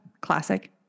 Classic